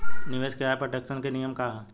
निवेश के आय पर टेक्सेशन के नियम का ह?